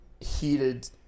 heated